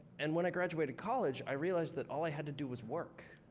and when i graduated college, i realized that all i had to do was work.